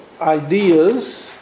ideas